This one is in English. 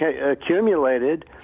accumulated